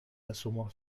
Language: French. l’assommoir